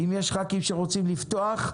יש ח"כים שרוצים לפתוח?